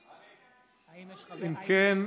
בעד אם כן,